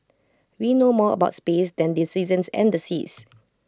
we know more about space than the seasons and the seas